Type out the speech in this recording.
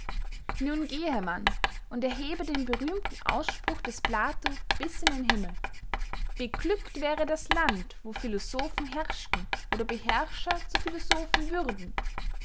nun gehe man und erhebe den berühmten ausspruch des plato bis in den himmel beglückt wäre das land wo philosophen herrschten oder beherrscher zu philosophen würden